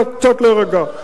קצת להירגע.